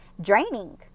draining